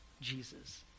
Jesus